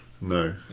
No